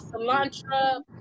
cilantro